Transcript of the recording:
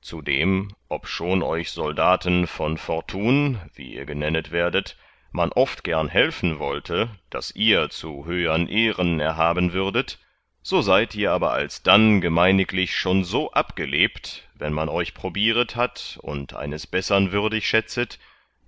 zudem obschon euch soldaten von fortun wie ihr genennet werdet man oft gern helfen wollte daß ihr zu höhern ehren erhaben würdet so seid ihr aber alsdann gemeiniglich schon so abgelebt wann man euch probieret hat und eines bessern würdig schätzet